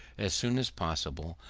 as soon as possible,